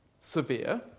severe